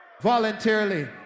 voluntarily